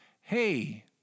hey